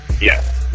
yes